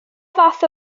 fath